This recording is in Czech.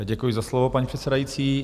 Děkuji za slovo, paní předsedající.